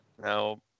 no